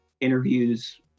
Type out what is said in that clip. interviews